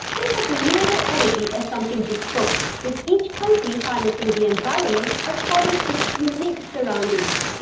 think of renewable energy as something bespoke, with each country harnessing the environment according to its unique surroundings.